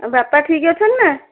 ଆଉ ବାପା ଠିକ୍ ଅଛନ୍ତି ନା